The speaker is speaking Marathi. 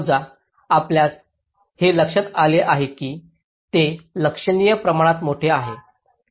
समजा आपल्यास हे लक्षात आले आहे की ते लक्षणीय प्रमाणात मोठे आहे